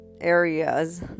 areas